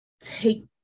take